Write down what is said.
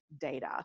data